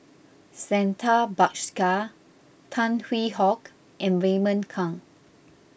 Santha Bhaskar Tan Hwee Hock and Raymond Kang